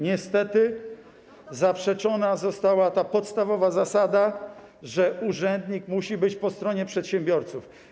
Niestety zaprzeczona, zanegowana została ta podstawowa zasada, że urzędnik musi być po stronie przedsiębiorców.